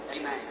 Amen